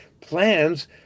plans